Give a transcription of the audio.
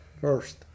first